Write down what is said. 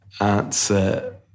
answer